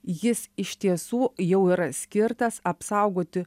jis iš tiesų jau yra skirtas apsaugoti